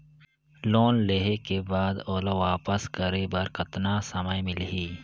Loan लेहे के बाद ओला वापस करे बर कतना समय मिलही?